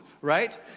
right